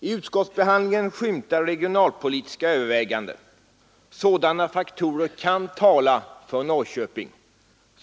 I utskottsbehandlingen skymtar regionalpolitiska överväganden. Sådana faktorer kan tala för Norrköping,